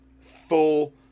full